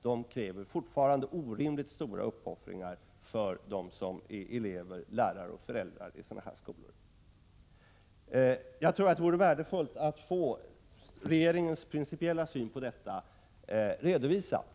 Det krävs fortfarande orimligt stora uppoffringar från elever, lärare och föräldrar till barn i dessa skolor. Det vore värdefullt att få regeringens principiella syn på denna fråga redovisad.